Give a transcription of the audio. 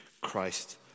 Christ